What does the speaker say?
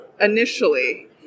initially